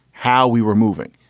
how we were moving.